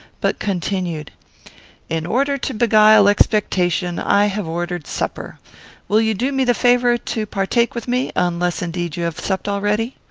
but continued in order to beguile expectation, i have ordered supper will you do me the favour to partake with me, unless indeed you have supped already?